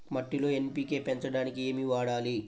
మట్టిలో ఎన్.పీ.కే పెంచడానికి ఏమి వాడాలి?